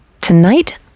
Tonight